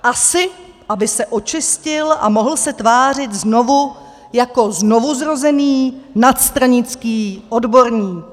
Asi aby se očistil a mohl se tvářit znovu jako znovuzrozený, nadstranický odborník.